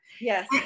Yes